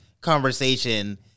conversation